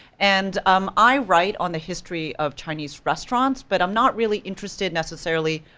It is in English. and um i write on the history of chinese restaurants, but i'm not really interested, necessarily,